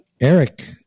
Eric